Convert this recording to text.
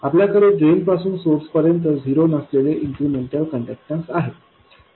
आपल्याकडे ड्रेन पासून सोर्स पर्यंत झिरो नसलेले इन्क्रिमेंटल कण्डक्टॅन्स आहे